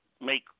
make